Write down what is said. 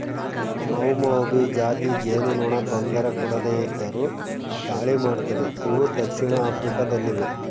ಮೌಮೌಭಿ ಜಾತಿ ಜೇನುನೊಣ ತೊಂದರೆ ಕೊಡದೆ ಇದ್ದರು ದಾಳಿ ಮಾಡ್ತವೆ ಇವು ದಕ್ಷಿಣ ಆಫ್ರಿಕಾ ದಲ್ಲಿವೆ